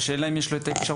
השאלה אם יש לו את האפשרות.